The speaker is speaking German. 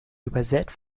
übersät